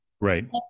Right